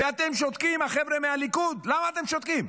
ואתם שותקים, החבר'ה מהליכוד, למה אתם שותקים?